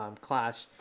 clash